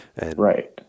Right